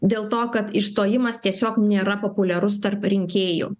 dėl to kad išstojimas tiesiog nėra populiarus tarp rinkėjų